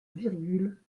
virgule